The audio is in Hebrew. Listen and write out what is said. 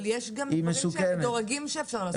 אבל יש גם דברים מדורגים שאשפר לעשות.